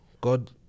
God